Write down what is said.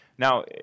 Now